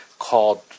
called